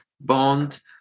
bond